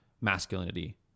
masculinity